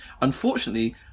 Unfortunately